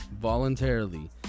voluntarily